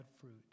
fruit